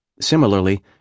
Similarly